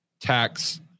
tax